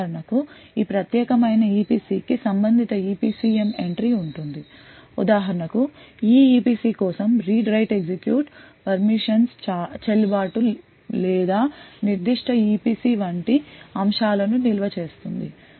ఉదాహరణ ఈ ప్రత్యేకమైన EPC కి సంబంధిత EPCM ఎంట్రీ ఉంటుంది ఉదాహరణకు ఈ EPC కోసం read write execute పర్మిషన్స్ చెల్లు బాటు లేదా నిర్దిష్ట EPC వంటి అంశాలను నిల్వ చేస్తుంది